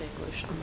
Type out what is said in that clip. English